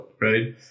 right